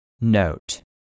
Note